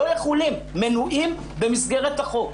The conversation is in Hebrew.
לא יכולים מנועים במסגרת החוק.